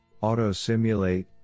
Auto-Simulate